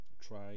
try